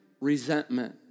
resentment